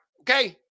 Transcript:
Okay